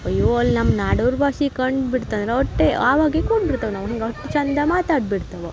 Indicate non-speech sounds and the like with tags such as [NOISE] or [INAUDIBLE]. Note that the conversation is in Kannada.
ಅಯ್ಯೋ ಅಲ್ಲಿ ನಮ್ಮ ನಾಡೋರ ಭಾಷೆ ಕಂಡು ಬಿಡ್ತರಂದರೆ ಅಷ್ಟೇ ಆವಾಗ [UNINTELLIGIBLE] ನಾವು ಹಂಗೆ ಅಷ್ಟ್ ಚಂದ ಮಾತಾಡಿ ಬಿಡ್ತವೆ